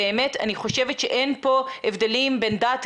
באמת אני חושבת שאין פה הבדלים בין דת,